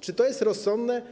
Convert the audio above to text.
Czy to jest rozsądne